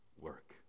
work